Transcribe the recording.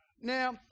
Now